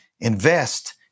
invest